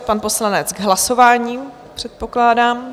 Pan poslanec k hlasování předpokládám.